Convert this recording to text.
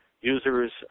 users